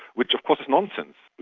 which of course is nonsense.